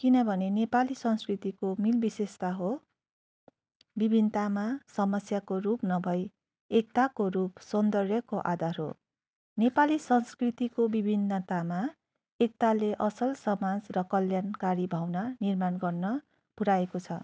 किनभने नेपाली संस्कृतिको नि विशेषता हो विभिन्नतामा समस्याको रूप नभइ एक्ताको रूप सौन्दर्यको आधार हो नेपाली संस्कृतिको विभिन्नतामा एकताले असल समाज र कल्याणकारी भावना निर्माण गर्न पुऱ्याएको छ